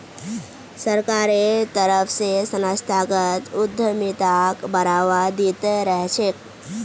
सरकारेर तरफ स संस्थागत उद्यमिताक बढ़ावा दी त रह छेक